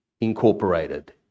incorporated